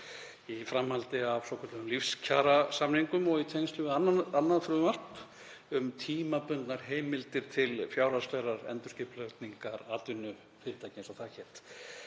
í framhaldi af svokölluðum lífskjarasamningum og í tengslum við annað frumvarp um tímabundnar heimildir til fjárhagslegrar endurskipulagningar atvinnufyrirtækja, eins og það hét.